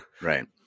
Right